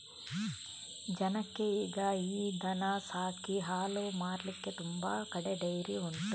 ಜನಕ್ಕೆ ಈಗ ಈ ದನ ಸಾಕಿ ಹಾಲು ಮಾರ್ಲಿಕ್ಕೆ ತುಂಬಾ ಕಡೆ ಡೈರಿ ಉಂಟು